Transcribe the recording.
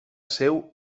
seu